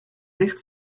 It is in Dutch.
licht